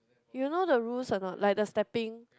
you know the rules a not like the stepping